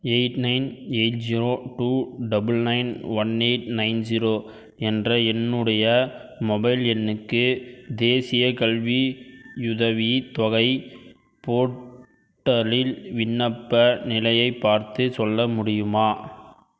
eight nine eight zero two double nine one eight nine zero என்ற என்னுடைய mobile எண்ணுக்கு தேசியக் கல்வியுதவித் தொகை போர்ட்டலில் விண்ணப்ப நிலையைப் பார்த்துச் சொல்ல முடியுமா